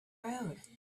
road